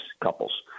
couples